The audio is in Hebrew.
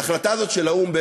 ההחלטה הזאת של האו"ם,